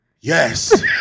Yes